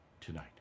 tonight